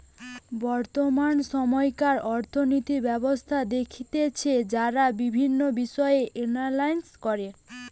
বর্তমান সময়কার অর্থনৈতিক ব্যবস্থা দেখতেছে যারা বিভিন্ন বিষয় এনালাইস করে